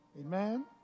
Amen